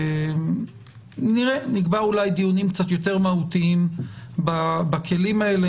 נקבע אולי דיונים קצת יותר מהותיים בכלים האלה,